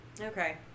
Okay